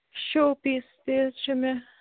show پیٖس تہِ حظ چھُ مےٚ